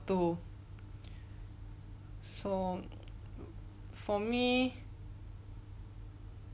to so for me